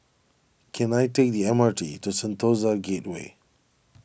can I take the M R T to Sentosa Gateway